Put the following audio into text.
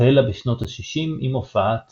החלה בשנות ה-60 עם הופעת